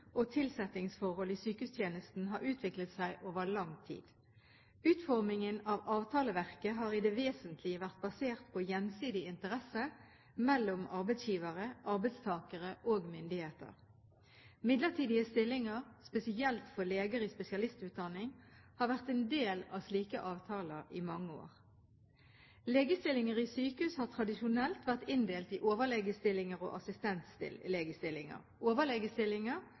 og tilsettingsforhold i sykehustjenesten har utviklet seg over lang tid. Utformingen av avtaleverket har i det vesentlige vært basert på gjensidig interesse mellom arbeidsgivere, arbeidstakere og myndigheter. Midlertidige stillinger, spesielt for leger i spesialistutdanning, har vært en del av slike avtaler i mange år. Legestillinger i sykehus har tradisjonelt vært inndelt i overlegestillinger og